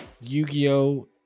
Yu-Gi-Oh